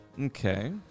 Okay